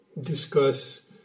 Discuss